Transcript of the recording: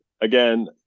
again